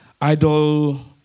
idol